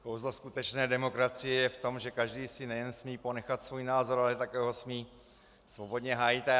Kouzlo skutečné demokracie je v tom, že každý si nejen smí ponechat svůj názor, ale také ho smí svobodně hájit.